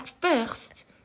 first